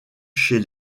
chez